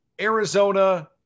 Arizona